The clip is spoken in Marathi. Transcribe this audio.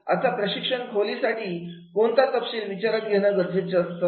आता प्रशिक्षण खोलीसाठी कोणता तपशील विचारात घेणं गरजेचं असतं